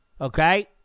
Okay